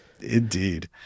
indeed